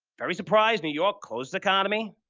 very surprised new york closed the economy.